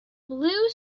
blue